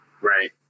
Right